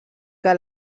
què